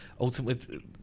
ultimately